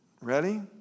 Ready